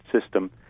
system